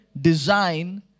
design